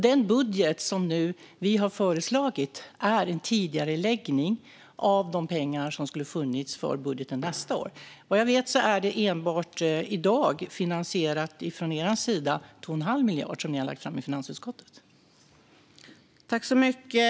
Den budget som vi nu har föreslagit innebär en tidigareläggning av de pengar som skulle ha funnits i budgeten för nästa år. Vad jag vet är detta i dag från er sida endast finansierat med 2 1⁄2 miljard som ni har lagt fram i finansutskottet.